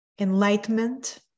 enlightenment